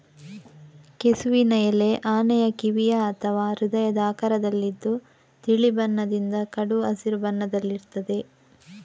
ಕೆಸುವಿನ ಎಲೆ ಆನೆಯ ಕಿವಿಯ ಅಥವಾ ಹೃದಯದ ಆಕಾರದಲ್ಲಿದ್ದು ತಿಳಿ ಬಣ್ಣದಿಂದ ಕಡು ಹಸಿರು ಬಣ್ಣದಲ್ಲಿರ್ತದೆ